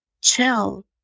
chill